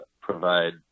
provide